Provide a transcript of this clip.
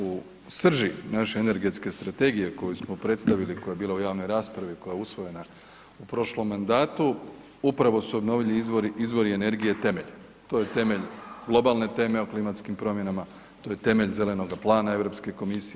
U srži naše energetske strategije koju smo predstavili, koja je bila u javnoj raspravi i koja je usvojena u prošlom mandatu, upravu su obnovljivi izore energije temelj, to je temeljem globalne teme o klimatskim promjenama, to je temelje zelenoga plana Europske komisije.